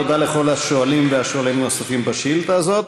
תודה לכל השואלים והשואלים הנוספים בשאילתה הזאת.